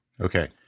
okay